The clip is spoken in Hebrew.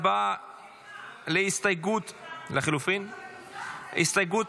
להצבעה על הסתייגות 23